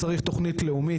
צריך תוכנית לאומית,